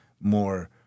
more